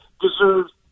deserves